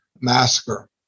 massacre